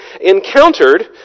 encountered